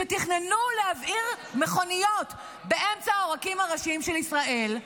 שתכננו להבעיר מכוניות באמצע העורקים הראשיים של ישראל,